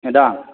madam